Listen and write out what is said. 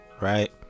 right